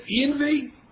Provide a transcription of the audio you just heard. envy